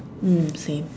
mm same